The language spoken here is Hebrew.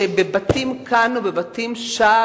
שבבתים כאן או בבתים שם,